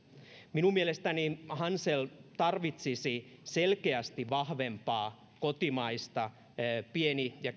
minun mielestäni hansel tarvitsisi selkeästi vahvempaa kotimaisia pieniä ja